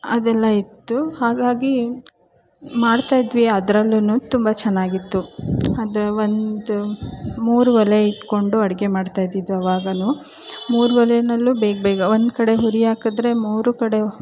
ಅದೆಲ್ಲ ಇತ್ತು ಹಾಗಾಗಿ ಮಾಡ್ತಾಯಿದ್ವಿ ಅದ್ರಲ್ಲೂ ತುಂಬ ಚೆನ್ನಾಗಿತ್ತು ಅದು ಒಂದು ಮೂರು ಒಲೆ ಇಟ್ಕೊಂಡು ಅಡುಗೆ ಮಾಡ್ತಾಯಿದ್ದಿದ್ದು ಆವಾಗಲೂ ಮೂರು ಒಲೆಯಲ್ಲೂ ಬೇಗ ಬೇಗ ಒಂದುಕಡೆ ಉರಿ ಹಾಕಿದ್ರೆ ಮೂರು ಕಡೆ